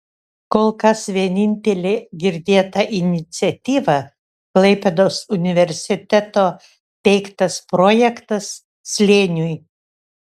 kol kas vienintelė girdėta iniciatyva klaipėdos universiteto teiktas projektas slėniui